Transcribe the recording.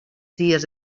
dies